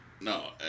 No